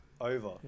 over